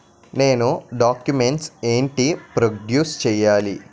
నేను డాక్యుమెంట్స్ ఏంటి ప్రొడ్యూస్ చెయ్యాలి?